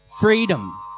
freedom